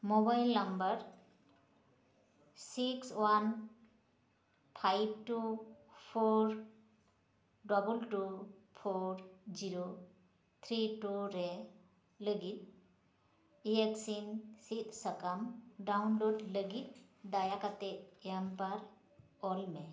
mobile number six one five two four double two four zero three two ᱨᱮ ᱞᱟᱹᱜᱤᱫ ᱤᱭᱮᱠᱥᱤᱱ ᱥᱤᱫᱽ ᱥᱟᱠᱟᱢ ᱰᱟᱣᱩᱱᱞᱳᱰ ᱞᱟᱹᱜᱤᱫ ᱫᱟᱭᱟ ᱠᱟᱛᱮ ᱮᱢᱯᱟᱨ ᱚᱞᱢᱮ